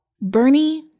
Bernie